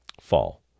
Fall